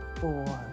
four